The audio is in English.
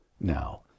now